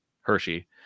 Hershey